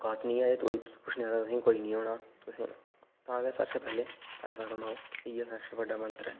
औकात नीं ऐ ते कोई कुछ नीं आखदा तुसेंगी कोई नी होना तुस तां गै सारें शा पैहले पैसा कमाओ इ'यै सारें शा बड्डा मंत्र ऐ